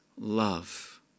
love